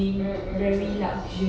mm mm mm mm mm